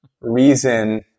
reason